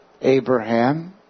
Abraham